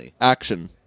action